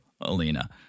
Alina